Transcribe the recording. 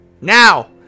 now